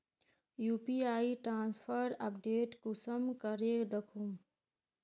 UPI transfer update कुंसम करे दखुम?